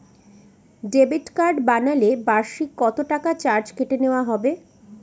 Credit card বানালে বার্ষিক কত টাকা চার্জ কেটে নেওয়া হবে?